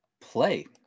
play